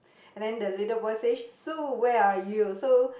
and then the little boy say Sue where are you so